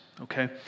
okay